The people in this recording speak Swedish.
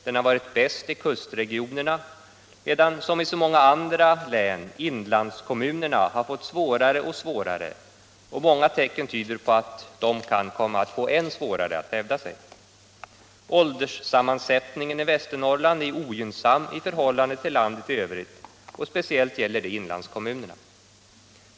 Den har varit bäst i kustregionerna, medan som i så många andra län inlandskommunerna har fått det svårare och svårare, och många tecken tyder på att de kan komma att få än svårare att hävda sig. Ålderssammansättningen i Västernorrland är ogynnsam i förhållande till landet i övrigt, och speciellt gäller det inlandskommunerna.